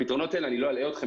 אני לא אלאה אתכם,